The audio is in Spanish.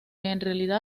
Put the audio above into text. llegó